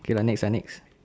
okay lah next lah next